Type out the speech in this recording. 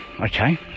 Okay